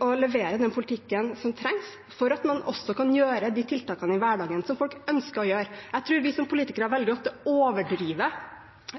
å levere den politikken som trengs for at man kan gjøre de tiltakene i hverdagen som folk ønsker å gjøre. Jeg tror vi som politikere ofte velger å overdrive